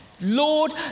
Lord